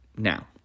Now